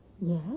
Yes